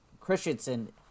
Christensen